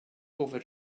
over